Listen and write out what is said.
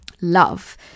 love